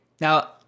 Now